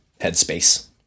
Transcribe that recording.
headspace